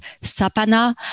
SAPANA